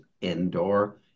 indoor